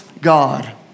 God